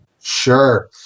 Sure